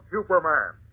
Superman